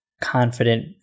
confident